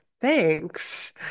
thanks